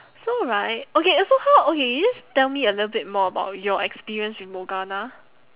so right okay so far okay you just tell me a little bit more about your experience with morgana